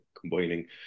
combining